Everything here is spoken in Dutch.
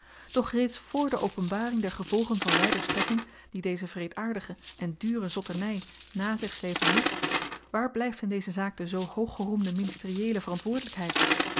doch reeds vr de openbaring der gevolgen van wyder strekking die deze wreedaardige en dure zotterny na zich slepen moet waar blyft in deze zaak de zoo hooggeroemde ministerieele